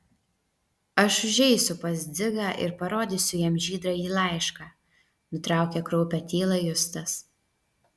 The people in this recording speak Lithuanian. aš užeisiu pas dzigą ir parodysiu jam žydrąjį laišką nutraukė kraupią tylą justas